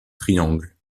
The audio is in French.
triangle